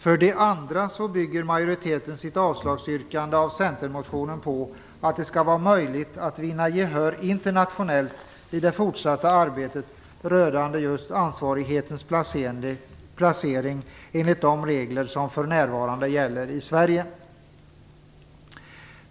Majoriteten bygger också sitt avslagsyrkande av centermotionen på att det skall vara möjligt att vinna gehör internationellt i det fortsatta arbetet rörande just ansvarighetens placering enligt de regler som för närvarande gäller i Sverige.